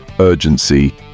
urgency